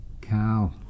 cow